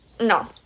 No